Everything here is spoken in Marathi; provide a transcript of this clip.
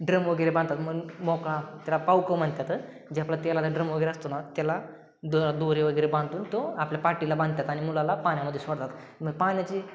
ड्रम वगैरे बांधतात मन मोका त्याला पावकं म्हणत्यात जे आपलं त्याला ड्रम वगैरे असतो ना त्याला द दोरे वगैरेबांधतो तो आपल्या पाठीला बांधतात आणि मुलाला पाण्यामध्ये सोडतात म पाण्याची